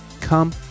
Come